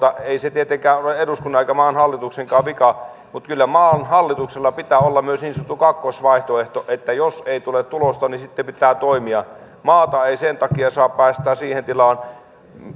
ei se tietenkään ole eduskunnan eikä maan hallituksenkaan vika mutta kyllä maan hallituksella pitää olla myös niin sanottu kakkosvaihtoehto että jos ei tule tulosta niin sitten pitää toimia maata ei sen takia saa päästää siihen tilaan